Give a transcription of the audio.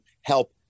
help